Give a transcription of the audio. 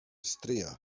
stryja